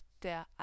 der